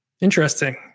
interesting